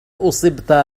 أصبت